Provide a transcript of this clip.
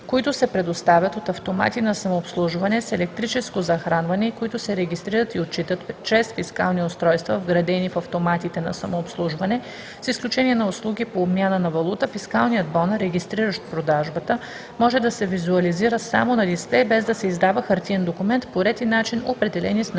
които се предоставят от автомати на самообслужване с електрическо захранване и които се регистрират и отчитат чрез фискални устройства, вградени в автоматите на самообслужване, с изключение на услуги по обмяна на валута, фискалният бон, регистриращ продажбата, може да се визуализира само на дисплей, без да се издава хартиен документ по ред и начин, определени с наредбата